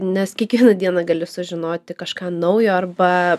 nes kiekvieną dieną gali sužinoti kažką naujo arba